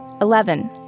Eleven